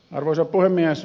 arvoisa puhemies